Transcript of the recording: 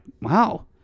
wow